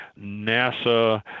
NASA